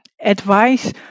advice